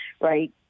right